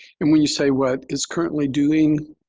and when you say, what it's currently doing,